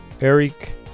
Eric